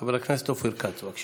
חבר הכנסת אופיר כץ, בבקשה,